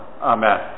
Amen